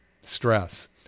stress